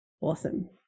Awesome